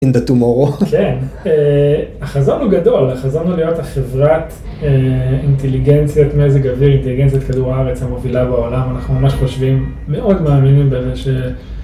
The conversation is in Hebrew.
In the tomorrow. כן החזון הוא גדול החזון הוא להיות חברת אינטליגנציית מזג אוויר אינטליגנציית כדור הארץ המובילה בעולם אנחנו ממש חושבים מאוד מאמינים באמת.